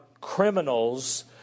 criminals